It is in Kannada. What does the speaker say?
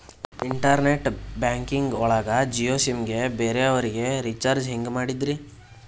ಇಂಟರ್ನೆಟ್ ಬ್ಯಾಂಕಿಂಗ್ ಒಳಗ ಜಿಯೋ ಸಿಮ್ ಗೆ ಬೇರೆ ಅವರಿಗೆ ರೀಚಾರ್ಜ್ ಹೆಂಗ್ ಮಾಡಿದ್ರಿ?